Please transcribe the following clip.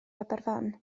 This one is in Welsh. aberfan